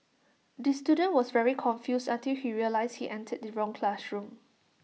the student was very confused until he realised he entered the wrong classroom